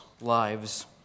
lives